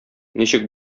ничек